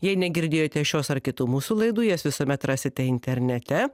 jei negirdėjote šios ar kitų mūsų laidų jas visuomet rasite internete